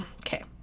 Okay